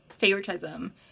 favoritism